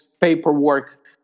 paperwork